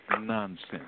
nonsense